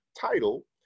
title